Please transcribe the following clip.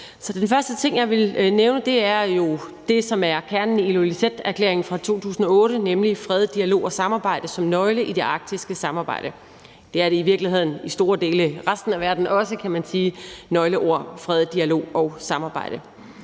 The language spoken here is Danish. Den første ting, jeg vil nævne, er jo det, som er kernen i Ilulissaterklæringen fra 2008, nemlig fred, dialog og samarbejde som nøgleord i det arktiske samarbejde. Det er de i virkeligheden også i store dele af resten af verden, kan man sige. Det er utrolig vigtigt med